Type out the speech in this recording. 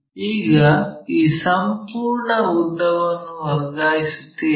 ಈಗ ಈ ಸಂಪೂರ್ಣ ಉದ್ದವನ್ನು ವರ್ಗಾಯಿಸುತ್ತೇವೆ